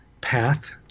path